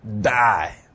Die